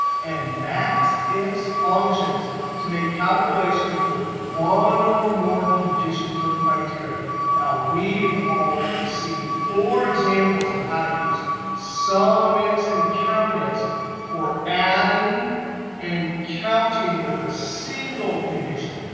and maxifs functions to make calculations with one or more conditions or criteria. now, we've already seen four examples of how to use so sumifs and countifs for adding and counting with a single condition.